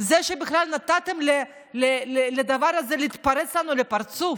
זה שבכלל נתתם לדבר הזה להתפוצץ לנו בפרצוף.